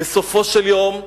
בסופו של דבר,